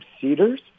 cedars